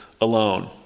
alone